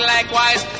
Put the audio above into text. Likewise